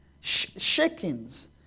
Shakings